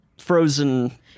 frozen